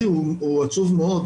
לי הוא עצוב מאוד,